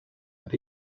and